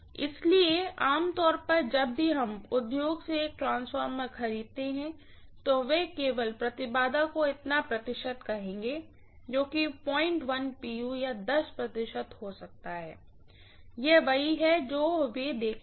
इसलिए आम तौर पर जब भी हम उद्योग से एक ट्रांसफार्मर खरीदते हैं तो वे केवल इम्पीडेन्स को इतना प्रतिशत कहेंगे जो कि pu या प्रतिशत हो सकता है यह वही है जो वे देखेंगे